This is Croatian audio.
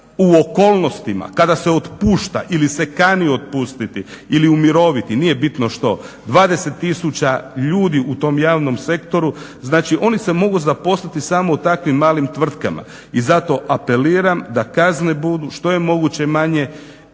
u okolnostima kada se otpušta ili se kani otpustiti ili umiroviti, nije bitno što, 20 000 ljudi u tom javnom sektoru, znači oni se mogu zaposliti samo u takvim malim tvrtkama i zato apeliram da kazne budu što je moguće manje